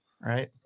Right